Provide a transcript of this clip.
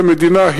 כמדינה,